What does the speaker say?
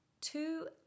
two